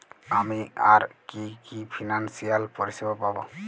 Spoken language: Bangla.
আমি আর কি কি ফিনান্সসিয়াল পরিষেবা পাব?